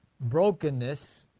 brokenness